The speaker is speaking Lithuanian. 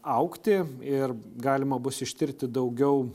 augti ir galima bus ištirti daugiau